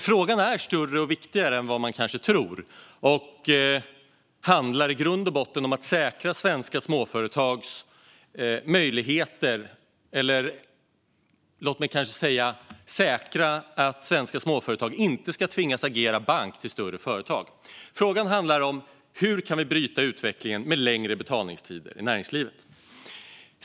Frågan är större och viktigare än vad man kanske tror och handlar i grund och botten om att säkra så att svenska småföretag inte tvingas agera bank till större företag. Frågan handlar alltså om hur vi kan bryta utvecklingen med längre betalningstider i näringslivet.